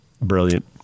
Brilliant